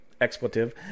expletive